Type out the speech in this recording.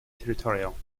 territorial